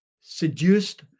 seduced